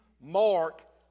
Mark